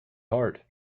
heart